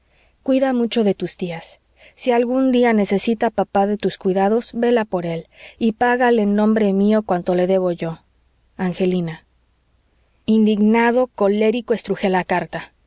cuida mucho de tus tías si algún día necesita papá de tus cuidados vela por él y págale en nombre mío cuanto le debo yo angelina indignado colérico estrujé la carta